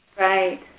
Right